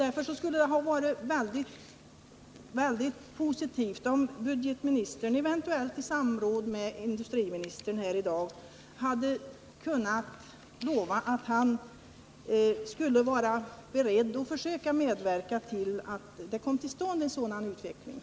Därför skulle det ha varit positivt om budgetministern, eventuellt i samråd med industriministern, i dag hade kunnat lova att han är beredd att försöka medverka till att en sådan utveckling kommer till stånd.